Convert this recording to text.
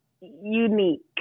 unique